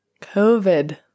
COVID